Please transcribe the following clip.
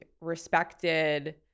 respected